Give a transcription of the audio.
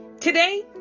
Today